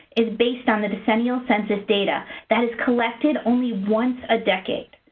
is based on the decennial census data that is collected only once a decade.